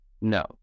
No